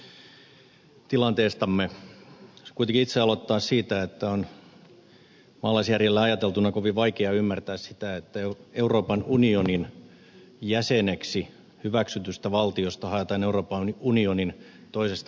voisin kuitenkin itse aloittaa siitä että on maalaisjärjellä ajateltuna kovin vaikea ymmärtää sitä että euroopan unionin jäseneksi hyväksytystä valtiosta haetaan euroopan unionin toisesta valtiosta turvapaikkaa